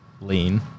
lean